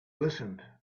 listened